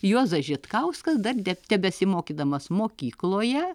juozas žitkauskas dar de tebesimokydamas mokykloje